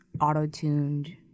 auto-tuned